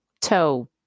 toe